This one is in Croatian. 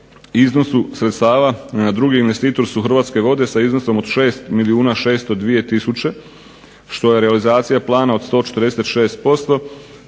iznosu sredstava drugi investitor su Hrvatske vode sa iznosom od 6 milijuna 602000 što je realizacija plana od 146%.